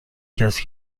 کسی